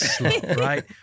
right